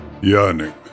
yearning